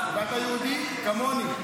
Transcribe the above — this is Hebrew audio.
ואתה יהודי כמוני.